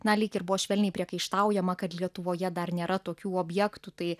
na lyg ir buvo švelniai priekaištaujama kad lietuvoje dar nėra tokių objektų tai